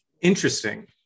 Interesting